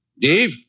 Dave